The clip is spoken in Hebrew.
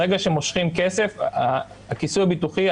ברגע שמושכים כסף הכיסוי הביטוחי,